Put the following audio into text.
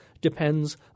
depends